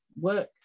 work